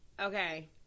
Okay